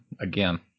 again